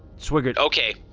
swigert okay.